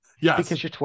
yes